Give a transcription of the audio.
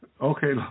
Okay